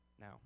Now